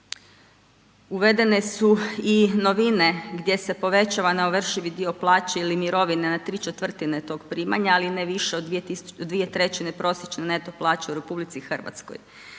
uvedene su i novine gdje se povećava neovršivi dio plaće ili mirovine na ¾ tog primanja, ali ne više od 2/3 prosječne neto plaće u RH. Dakle